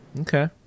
Okay